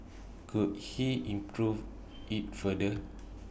could he improve IT further